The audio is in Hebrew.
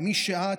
במי שאת,